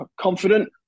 confident